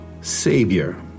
Savior